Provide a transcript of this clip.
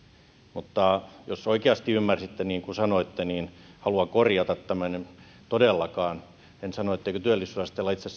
mutta jos oikeasti ymmärsitte niin kuin sanoitte niin haluan korjata tämän todellakaan en sano etteikö työllisyysasteella itse